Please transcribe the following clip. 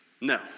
no